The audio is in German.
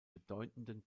bedeutenden